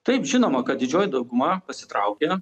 taip žinoma kad didžioji dauguma pasitraukė